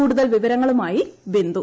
കൂടുതൽ വിവരങ്ങളുമായി ബിന്ദു